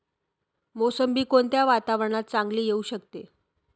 मोसंबी कोणत्या वातावरणात चांगली येऊ शकते?